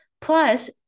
Plus